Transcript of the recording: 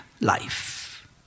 life